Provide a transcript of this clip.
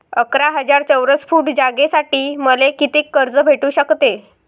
अकरा हजार चौरस फुट जागेसाठी मले कितीक कर्ज भेटू शकते?